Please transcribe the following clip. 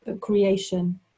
creation